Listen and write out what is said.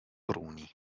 cruni